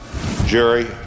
Jerry